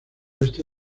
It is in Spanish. oeste